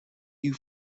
you